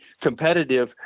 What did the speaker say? competitive